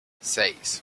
seis